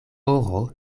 oro